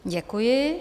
Děkuji.